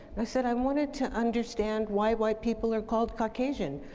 i said, i wanted to understand why white people are called caucasian.